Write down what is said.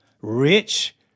rich